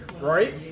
Right